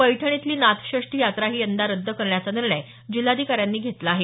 पैठण इथली नाथषष्ठी यात्राही यंदा रद्द करण्याचा निर्णय जिल्हाधिकाऱ्यांनी घेतला आहे